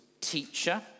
teacher